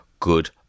Good